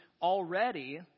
already